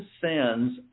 sends